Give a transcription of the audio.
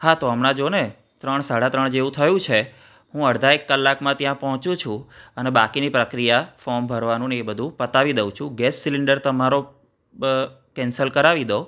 હા તો હમણાં જોને ત્રણ સાડા ત્રણ જેવુ થયું છે હું અડધા એક કલાકમાં ત્યાં પહોંચુ છું અને બાકીની પ્રક્રિયા ફોમ ભરવાનું એ બધું પતાવી દઉં છું ગેસ સિલિન્ડર તમારો કેન્સલ કરાવી દો